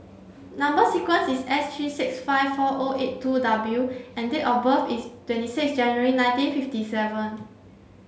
number sequence is S three six five four O eight two W and date of birth is twenty six January nineteen fifty seven